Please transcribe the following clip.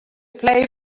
play